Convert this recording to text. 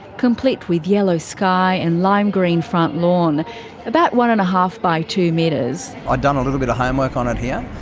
complete with yellow sky and lime green front lawn about one and a half by two metres. i'd ah done a little bit of homework on it here.